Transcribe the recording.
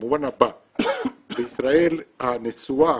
בישראל הנסועה,